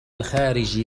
الخارج